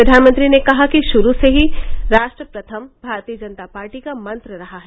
प्रधानमंत्री ने कहा कि शुरू से ही राष्ट्र प्रथम भारतीय जनता पार्टी का मंत्र रहा है